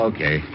Okay